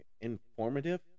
informative